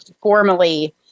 formally